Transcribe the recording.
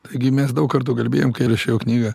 taigi mes daug kartų kalbėjom kai rašiau knygą